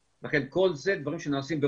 אבל מן הצד השני אנחנו גם נתקלים לא מעט